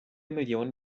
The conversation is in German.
millionen